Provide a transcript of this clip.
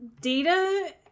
data